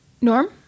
Norm